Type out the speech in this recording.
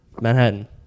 Manhattan